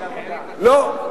לא.